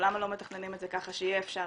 או למה לא מתכננים את זה ככה שיהיה אפשר